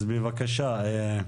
אז בבקשה.